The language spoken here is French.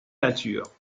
nature